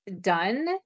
done